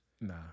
Nah